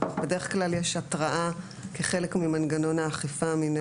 יש התראה כחלק ממנגנון האכיפה המנהלית,